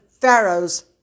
pharaoh's